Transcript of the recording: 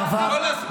אני מקבל באהבה,